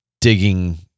digging